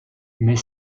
mais